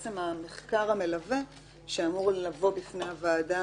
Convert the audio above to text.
בעצם המחקר המלווה שאמור לבוא בפני הוועדה